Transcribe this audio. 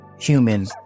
human